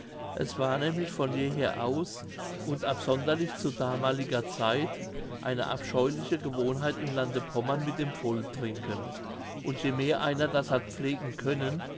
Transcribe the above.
es war nämlich von jeher aus und absonderlich zu damaliger zeit eine abscheuliche gewohnheit im lande pommern mit dem volltrinken und jemehr einer das hat pflegen können